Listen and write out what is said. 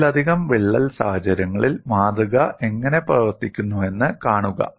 ഒന്നിലധികം വിള്ളൽ സാഹചര്യങ്ങളിൽ മാതൃക എങ്ങനെ പ്രവർത്തിക്കുന്നുവെന്ന് കാണുക